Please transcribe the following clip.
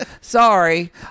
Sorry